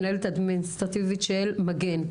מנהלת אדמיניסטרטיבית של מגן.